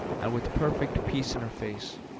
and with perfect peace in her face,